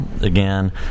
again